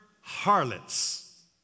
harlots